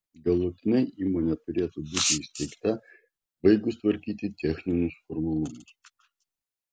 galutinai įmonė turėtų būti įsteigta baigus tvarkyti techninius formalumus